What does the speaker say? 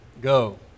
Go